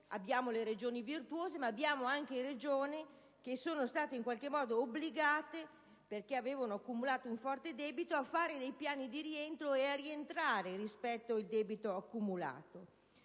esempio Regioni virtuose, ma vi sono anche Regioni che sono state in qualche modo obbligate, perché avevano accumulato un forte debito, a predisporre dei piani di rientro e a rientrare rispetto al debito accumulato.